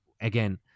again